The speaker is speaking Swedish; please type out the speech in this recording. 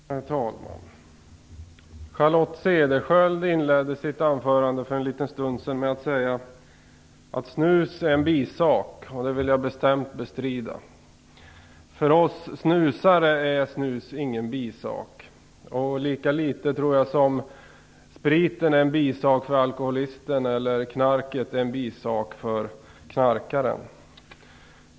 Herr talman! Charlotte Cederschiöld inledde sitt anförande med att säga att snus är en bisak. Det vill jag bestämt bestrida. För oss snusare är inte snus någon bisak, lika litet som spriten är en bisak för alkoholisten eller som knarket är en bisak för knarkaren.